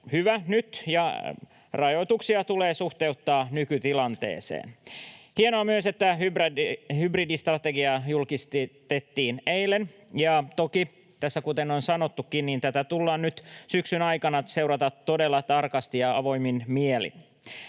tilanne, ja rajoituksia tulee suhteuttaa nykytilanteeseen. Hienoa myös, että hybridistrategia julkistettiin eilen, ja toki, kuten tässä on sanottukin, tätä tullaan nyt syksyn aikana seuraamaan todella tarkasti ja avoimin mielin.